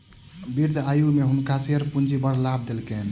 वृद्ध आयु में हुनका शेयर पूंजी बड़ लाभ देलकैन